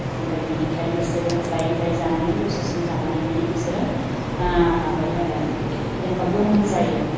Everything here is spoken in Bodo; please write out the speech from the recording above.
ओमफाय बेनिफ्राय बिसोरो जायै जायै जानानै दसे सम जानानै माने बिसोरो माबायो आरो जेनेबा गोमोन जायो